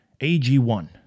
AG1